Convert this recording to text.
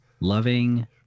Loving